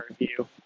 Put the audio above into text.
review